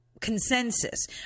consensus